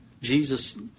Jesus